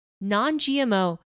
non-GMO